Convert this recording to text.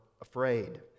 afraid